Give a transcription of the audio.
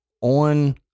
on